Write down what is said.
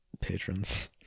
patrons